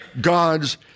God's